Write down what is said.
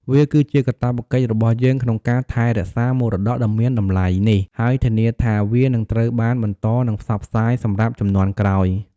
វាគឺជាកាតព្វកិច្ចរបស់យើងក្នុងការថែរក្សាមរតកដ៏មានតម្លៃនេះ ហើយធានាថាវានឹងត្រូវបានបន្តនិងផ្សព្វផ្សាយសម្រាប់ជំនាន់ក្រោយ។